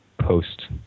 post